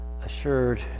assured